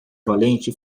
valente